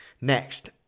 Next